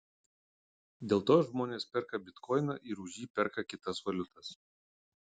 dėl to žmonės perka bitkoiną ir už jį perka kitas valiutas